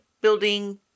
building